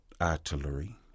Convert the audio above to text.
artillery